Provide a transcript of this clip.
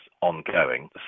ongoing